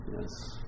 Yes